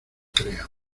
crean